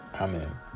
Amen